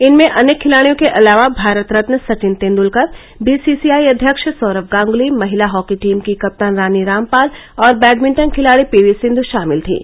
इनमें अन्य खिलाडियों के अलावा भारत रत्न सचिन तेंडलकर बीसीआई अध्यक्ष सौरम गांगली महिला हॉकी टीम की कप्तान रानी रामपाल और बैडमिंटन खिलाडी पीवी सिंध शामिल थीं